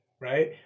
right